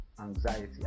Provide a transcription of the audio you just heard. anxiety